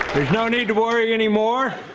there's no need to worry anymore.